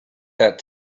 that